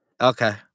Okay